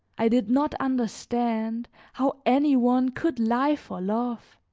i did not understand how any one could lie for love